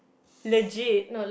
legit